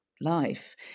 life